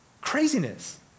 Craziness